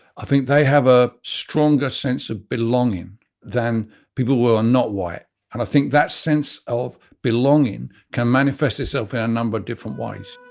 i think they have a stronger sense of belonging than people who are not white and i think that sense of belonging can manifest itself in a number of different ways.